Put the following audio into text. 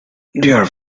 their